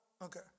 Okay